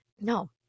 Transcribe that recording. No